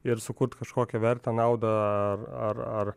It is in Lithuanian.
ir sukurt kažkokią vertę naudą ar ar ar